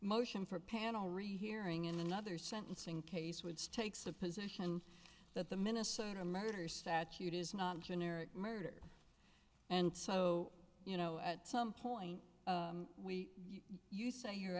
motion for a panel rehearing in another sentencing case woods takes the position that the minnesota murder statute is not generic murder and so you know at some point you say you're